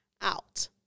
out